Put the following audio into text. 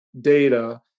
data